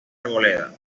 arboleda